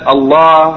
Allah